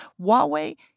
Huawei